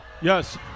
Yes